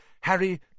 Harry